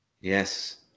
Yes